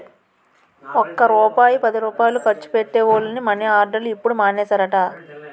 ఒక్క రూపాయి పదిరూపాయలు ఖర్చు పెట్టే వోళ్లని మని ఆర్డర్లు ఇప్పుడు మానేసారట